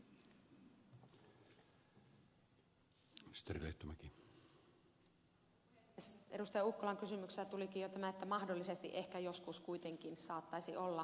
ukkolan kysymyksessä tulikin jo tämä että mahdollisesti ehkä joskus kuitenkin saattaisi olla